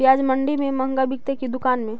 प्याज मंडि में मँहगा बिकते कि दुकान में?